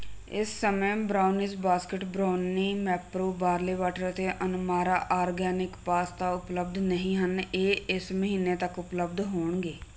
ਇਸ ਸਮੇਂ brownies basket brownie Mapro barley water ਅਤੇ ਅਨਮਾਰਾ ਆਰਗੈਨਿਕ ਪਾਸਤਾ ਉਪਲਬਧ ਨਹੀਂ ਹਨ ਇਹ ਇਸ ਮਹੀਨੇ ਤੱਕ ਉਪਲਬਧ ਹੋਣਗੇ